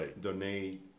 donate